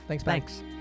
Thanks